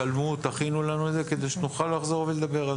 צלמו, תכינו לנו את זה כדי שנוכל לחזור ולדבר על